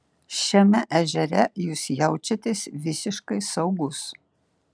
šiame ežere jūs jaučiatės visiškai saugus